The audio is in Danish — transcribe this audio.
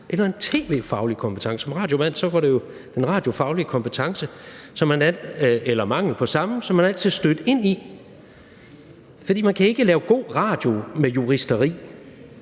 eller en tv-faglig kompetence. Som radiomand var det jo den radiofaglige kompetence – eller manglen på samme – som man altid stødte ind i, for man kan ikke lave god radio med juristeri.